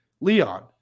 Leon